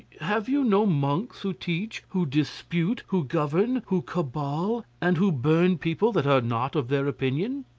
have you no monks who teach, who dispute, who govern, who cabal, and who burn people that are not of their opinion?